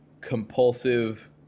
compulsive